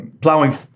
plowing